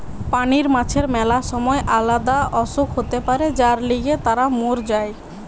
পানির মাছের ম্যালা সময় আলদা অসুখ হতে পারে যার লিগে তারা মোর যায়